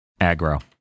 Aggro